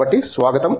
కాబట్టి స్వాగతం